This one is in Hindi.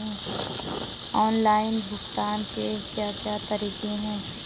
ऑनलाइन भुगतान के क्या क्या तरीके हैं?